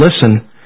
listen